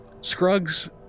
Scruggs